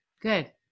Good